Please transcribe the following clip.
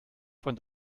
von